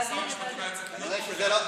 שר המשפטים היה צריך להיות פה,